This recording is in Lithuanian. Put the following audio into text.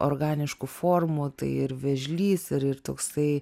organiškų formų tai ir vėžlys ir ir toksai